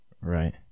right